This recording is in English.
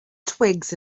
twigs